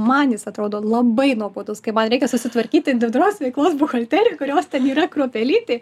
man jis atrodo labai nuobodus kai man reikia susitvarkyti individualios veiklos buhalteriją kurios ten yra kruopelytė